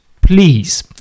Please